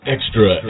Extra